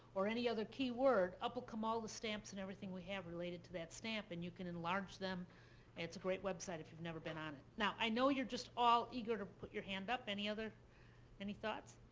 or any other keyword, up will come all the stamps and everything we have related to that stamp. and you can enlarge them. and it's a great website, if you've never been on it. now i know you're just all eager to put your hand up any other any thoughts?